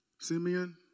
Simeon